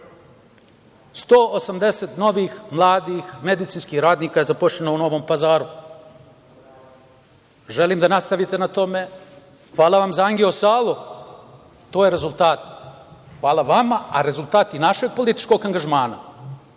180 novih mladih medicinskih radnika je zaposleno u Novom Pazaru. Želim da nastavite na tome. Hvala vam za angio-salu, to je rezultat. Hvala vama, a rezultati našeg političkog angažmana